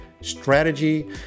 strategy